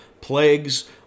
plagues